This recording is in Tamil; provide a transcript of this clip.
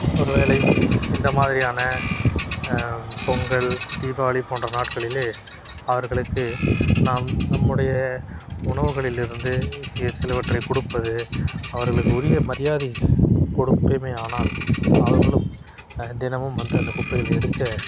ஒரு வேளை இந்த மாதிரியான பொங்கல் தீபாவளி போன்ற நாட்களிலே அவர்களுக்கு நாம் நம்முடைய உணவுகளிலிருந்து சி சிலவற்றை கொடுப்பது அவர்களுக்கு உரிய மரியாதை கொடுப்பமேயானால் அவர்களும் தினமும் வந்து அந்த குப்பைகளை எடுக்க